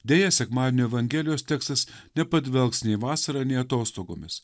deja sekmadienio evangelijos tekstas nepadvelks nei vasarą nei atostogomis